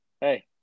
Hey